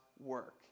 work